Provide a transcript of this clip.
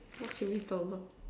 what should we talk about